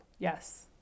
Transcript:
Yes